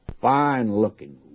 fine-looking